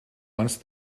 once